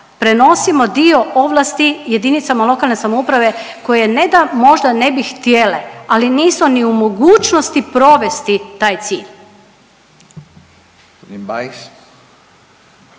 prenosimo dio ovlasti JLS koje ne da možda ne bi htjele, ali nisu ni u mogućnosti provesti taj cilj. **Radin,